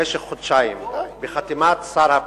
למשך חודשיים בחתימת שר הפנים.